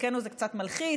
לחלקנו זה קצת מלחיץ,